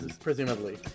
presumably